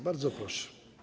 Bardzo proszę.